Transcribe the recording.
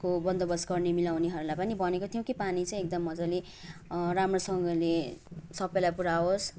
को बन्दोबस्त गर्ने मिलाउनेहरूलाई पनि भनेको थियौँ कि पानी चाहिँ एकदम मजाले राम्रोसँगले सबैलाई पुर्याओस्